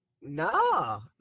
No